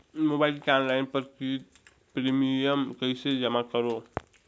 Mobile ले online premium कइसे जमा करों?